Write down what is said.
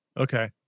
Okay